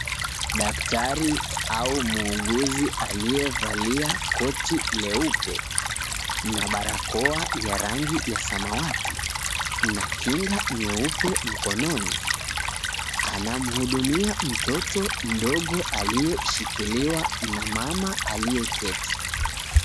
Daktari au muuguzi aliyevalia koti leupe na barakoa ya rangi ya samawati na kinga nyeupe mkononi anamhudumia mtoto mdogo aliyeshikiliwa na mama aliyeketi.